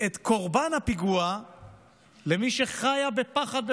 את קורבן הפיגוע למי שחיה בפחד בביתה.